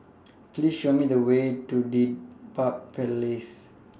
Please Show Me The Way to Dedap Place